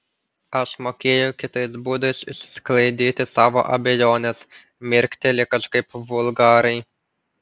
aš mokėjau kitais būdais išsklaidyti savo abejones mirkteli kažkaip vulgariai